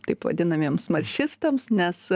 taip vadinamiems maršistams nes